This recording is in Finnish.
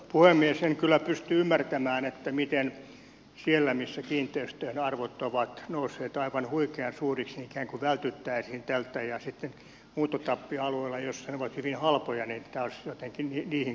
en kyllä pysty ymmärtämään miten siellä missä kiinteistöjen arvot ovat nousseet aivan huikean suuriksi ikään kuin vältyttäisiin tältä ja sitten muuttotappioalueilla joilla ne ovat hyvin halpoja tämä olisi jotenkin niihin kohdistuva